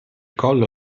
collo